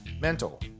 mental